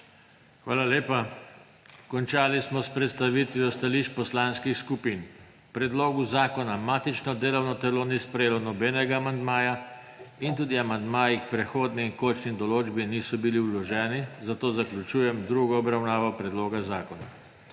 Hvala lepa. Končali smo s predstavitvijo stališče poslanskih skupin. K predlogu zakona matično delovno telo ni sprejelo nobenega amandmaja in tudi amandmaji k prehodni in končni določbi niso bili vloženi, zato zaključujem drugo obravnavo predloga zakona.